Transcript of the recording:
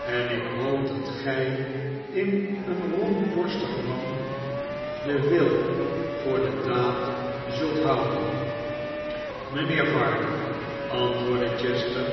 en ik hoop dat gij in een rondborstig man den wil voor de daad zult houden mijnheer varden antwoordde chester